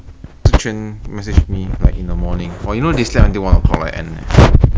then I kena I kena flag for it because orh I lost lane I de-killed